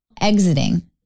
Exiting